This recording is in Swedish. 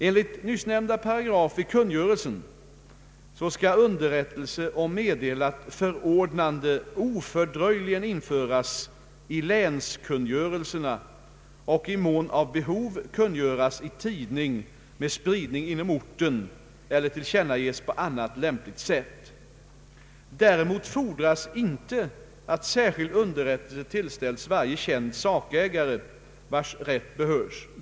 Enligt nyssnämnda paragraf i kungörelsen skall underrättelse om meddelat förordnande ofördröjligen införas i länskungörelserna och i mån av behov kungöras i tidning med spridning inom orten eller tillkännages på annat lämpligt sätt. Däremot fordras inte att särskild underrättelse tillställs varje känd sakägare vars rätt berörs.